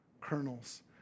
kernels